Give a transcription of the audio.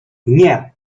nie